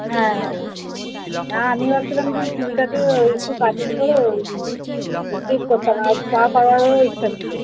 হ্যাঁ হ্যাঁ হ্যাঁ না আমি ভাবছিলাম যে ওই চুলটাকে ওই একটু কাটিং করে ওই স্ট্রেট করতাম আর স্পা করারও ইচ্ছা ছিলো